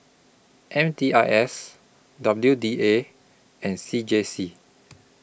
M D I S W D A and C J C